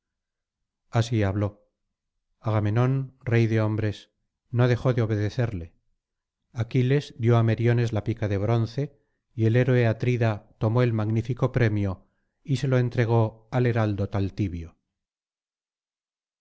así habló agamenón rey de hombres no dejó de obedecerle aquiles dio á meriones la pica de bronce y el héroe atrida tomó el magnífico premio y se lo entregó al heraldo tal tibio